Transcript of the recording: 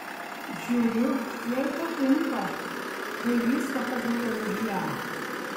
žiūriu jai patinka kai viską padarau už ją